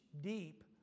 deep